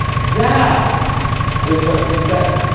that is what set